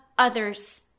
others